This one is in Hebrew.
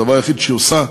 הדבר היחיד שהיא עושה,